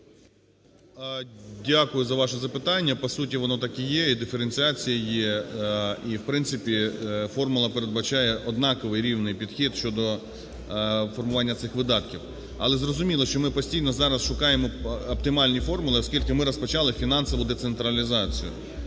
Дякую за ваше запитання. По суті, воно так і є. І диференціація є. І, в принципі, формула передбачає однаковий, рівний підхід щодо формування цих видатків. Але зрозуміло, що ми постійно зараз шукаємо оптимальні формули, оскільки ми розпочали фінансову децентралізацію.